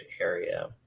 area